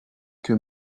que